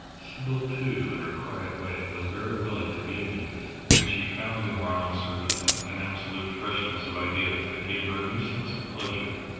sybil, too, in her quiet way, was very willing to be amused, and she found in ronald surbiton an absolute freshness of ideas that gave her a new sense of pleasure.